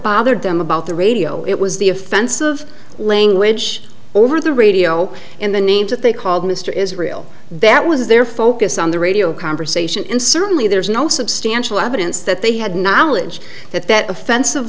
bothered them about the radio it was the offensive language over the radio in the name that they called mr israel that was their focus on the radio conversation in certainly there was no substantial evidence that they had knowledge that that offensive